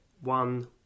one